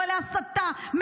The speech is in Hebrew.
קורא להסתה,